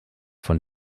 von